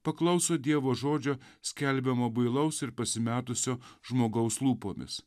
paklauso dievo žodžio skelbiamo bailaus ir pasimetusio žmogaus lūpomis